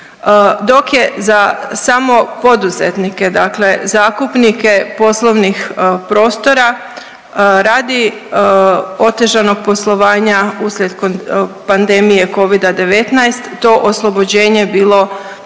Dok je za samo poduzetnike, dakle zakupnike poslovnih prostora radi otežanog poslovanja uslijed pandemije covida 19 to oslobođenje bilo